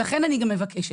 לכן אני גם מבקשת,